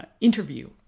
interview